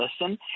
listen